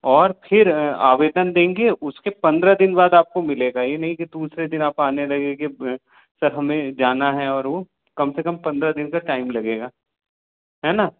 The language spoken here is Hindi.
और फिर आवेदन देंगे उसके पंद्रह दिन बाद आपको मिलेगा यह नहीं की दूसरे दिन आप आने लगे की सर हमें जाना है और वह कम से कम पंद्रह दिन टाइम लगेगा है न